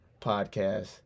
podcast